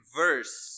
verse